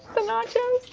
the nachos!